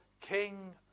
king